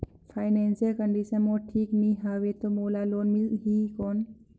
Financial condition मोर ठीक नी हवे तो मोला लोन मिल ही कौन??